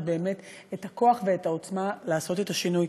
באמת את הכוח ואת העוצמה לעשות את השינוי.